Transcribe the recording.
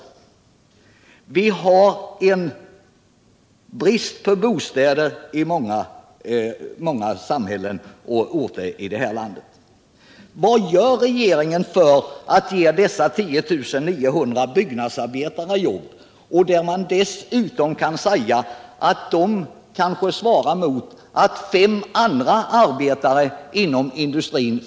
Samtidigt har vi en brist på bostäder i många orter här i landet. Vad gör regeringen för att ge dessa 10 900 byggnadsarbetare jobb? Det kan dessutom påpekas att ett sådant arbetstillfälle ger jobb för kanske fem andra arbetare inom industrin.